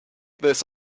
this